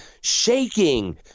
shaking